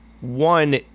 One